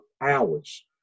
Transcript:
hours